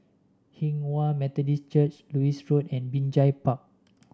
Hinghwa Methodist Church Lewis Road and Binjai Park